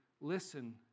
listen